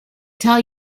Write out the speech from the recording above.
tell